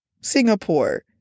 Singapore